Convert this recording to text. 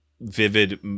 vivid